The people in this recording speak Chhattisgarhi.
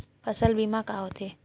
फसल बीमा का होथे?